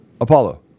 Apollo